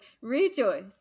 Rejoice